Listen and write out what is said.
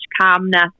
calmness